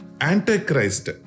Antichrist